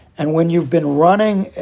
and when you've been running,